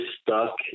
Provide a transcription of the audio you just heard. stuck